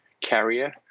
carrier